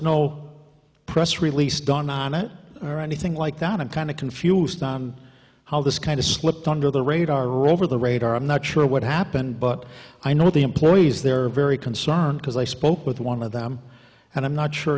no press release done on it or anything like that and kind of confused on how this kind of slipped under the radar over the radar i'm not sure what happened but i know that the employees there are very concerned because i spoke with one of them and i'm not sure